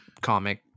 comic